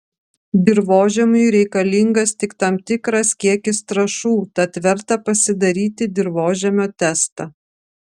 dirvožemiui reikalingas tik tam tikras kiekis trąšų tad verta pasidaryti dirvožemio testą